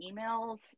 emails